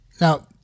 Now